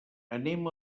anem